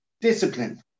Discipline